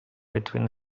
between